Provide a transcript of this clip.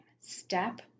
step